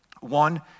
One